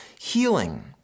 healing